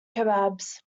kebabs